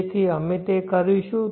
તેથી અમે તે કરીશું